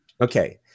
Okay